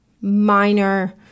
minor